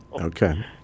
Okay